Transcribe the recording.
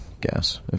gas